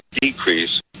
decrease